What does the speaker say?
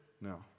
No